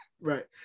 right